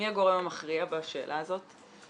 מי הגורם המכריע בשאלה הזאת?